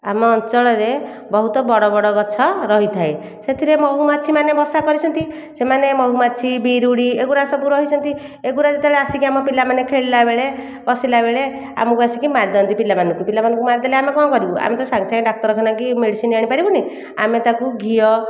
ଆମ ଅଞ୍ଚଳରେ ବହୁତ ବଡ଼ ବଡ଼ ଗଛ ରହିଥାଏ ସେଥିରେ ମହୁମାଛିମାନେ ବସା କରିଛନ୍ତି ସେମାନେ ମହୁମାଛି ବିରୁଡ଼ି ଏଗୁଡ଼ା ସବୁ ରହିଛନ୍ତି ଏଗୁଡ଼ା କ ଯେତେବେଳେ ଆସିକି ଆମ ପିଲାମାନେ ଖେଳିଲାବେଳେ ବସିଲାବେଳେ ଆମୁକୁ ଆସିକି ମାରିଦିଅନ୍ତ ପିଲାମାନଙ୍କୁ ପିଲାମାନଙ୍କୁ ମାରିଦେଲେ ଆମେ କ'ଣ କରିବୁ ଆମେ ସାଙ୍ଗେ ସାଙ୍ଗେ ଡାକ୍ତରଖାନା କି ମେଡ଼ିସିନ ଆଣିପାରିବୁନି ଆମେ ତାକୁ ଘିଅ